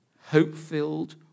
hope-filled